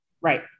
Right